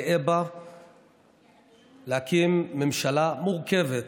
גאה בה להקים ממשלה מורכבת,